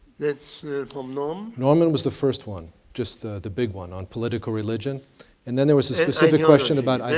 that's from norm? norman was the first one. just the the big one on political religion and then there was a specific question about